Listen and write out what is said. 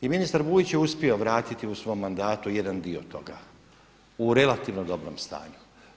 I ministar Vujić je uspio vratiti u svom mandatu jedan dio toga, u relativno dobrom stanju.